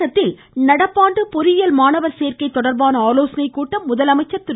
தமிழகத்தில் நடப்பாண்டு பொறியியல் மாணவர் சேர்க்கை தொடர்பான ஆலோசனைக் கூட்டம் முதலமைச்சர் திரு